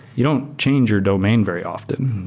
you don't change your domain very often.